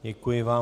Děkuji vám.